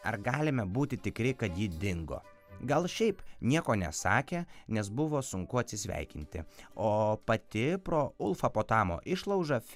ar galime būti tikri kad ji dingo gal šiaip nieko nesakė nes buvo sunku atsisveikinti o pati pro ulfapotamo išlaužą